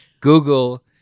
Google